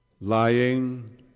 lying